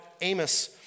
Amos